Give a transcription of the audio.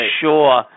sure